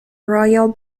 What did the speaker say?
royal